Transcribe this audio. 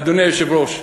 אדוני היושב-ראש,